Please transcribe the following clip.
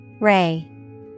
Ray